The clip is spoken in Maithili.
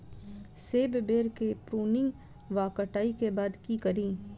सेब बेर केँ प्रूनिंग वा कटाई केँ बाद की करि?